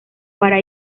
para